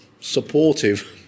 supportive